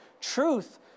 truth